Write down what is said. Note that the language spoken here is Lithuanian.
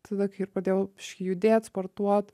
tada kai ir pradėjau biškį judėt sportuot